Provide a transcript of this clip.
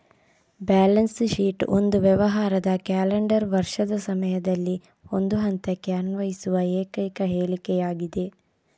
balance sheet ಒಂದು ವ್ಯವಹಾರದ calendar ವರ್ಷದ ಸಮಯದಲ್ಲಿ ಒಂದು ಹಂತಕ್ಕೆ ಅನ್ವಯಿಸುವ ಏಕೈಕ ಹೇಳಿಕೆಯಾಗಿದೆ